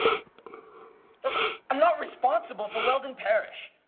so um i am not responsible for weldon parish.